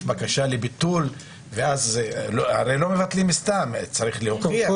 בקשה לביטול והרי לא מבטלים סתם אלא צריך להוכיח.